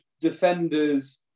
defenders